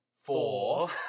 four